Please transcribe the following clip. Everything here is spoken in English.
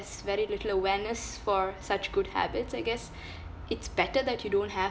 has very little awareness for such good habits I guess it's better that you don't have